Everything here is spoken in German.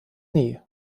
nie